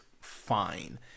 fine